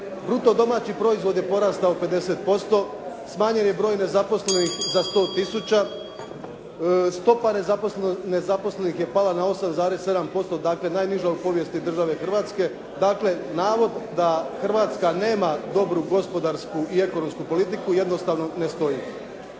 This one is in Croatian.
Bruto domaći proizvod je porastao 50%, smanjen je broj nezaposlenih za 100 tisuća, stopa nezaposlenih je pala na 8,7% dakle najniža u povijesti države Hrvatske. Dakle navod da Hrvatska nema dobru gospodarsku i ekonomsku politiku jednostavno ne stoji.